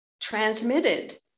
transmitted